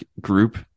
group